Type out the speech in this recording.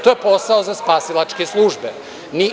To je posao za spasilačke službe.